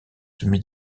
semi